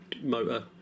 motor